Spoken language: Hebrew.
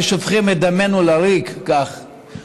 שופכים את דמנו לריק כך,